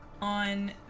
on